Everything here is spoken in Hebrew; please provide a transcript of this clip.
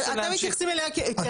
אתם מתייחסים אליה כרעה,